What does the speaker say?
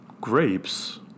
grapes